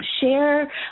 share